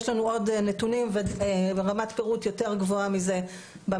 יש לנו עוד נתונים ברמת פירוט יותר גבוהה מזה במסמך